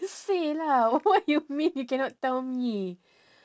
just say lah what you mean you cannot tell me